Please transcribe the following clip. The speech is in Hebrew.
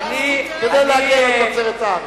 כדי להגן על תוצרת הארץ.